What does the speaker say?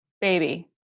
Baby